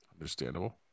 understandable